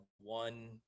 one